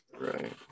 right